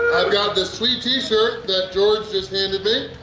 i've got this sweet t-shirt that george just handed me!